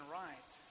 right